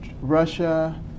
Russia